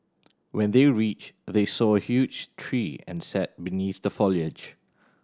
when they reached they saw a huge tree and sat beneath the foliage